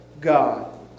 God